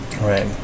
Right